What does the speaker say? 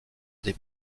des